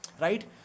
right